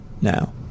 now